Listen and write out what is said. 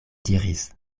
diris